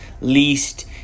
least